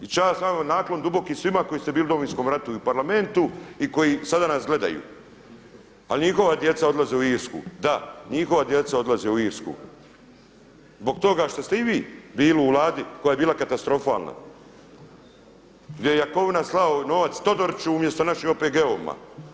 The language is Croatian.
I čast vama, naklon duboki svima koji ste bili u Domovinskom ratu i Parlamenti koji sada nas gledaju ali njihova djeca odlaze u Irsku, da, njihova djeca odlaze u Irsku zbog toga što ste i vi bili u Vladi koja je bila katastrofalna gdje je Jakovina slao novac Todoriću umjesto našim OPG-ovima.